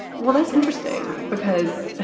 well, that's interesting, because